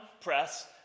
Press